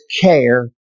care